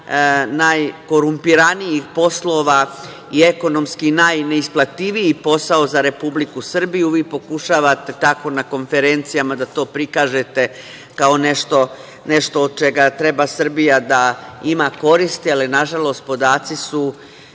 najkorumpiranijih poslova i ekonomski najneisplativiji posao za Republiku Srbiju. Vi pokušavate tako na konferencijama da to prikažete kao nešto od čega treba Srbija da ima koristi, ali nažalost podaci su